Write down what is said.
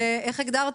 שהן הפרות